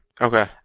Okay